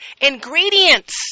Ingredients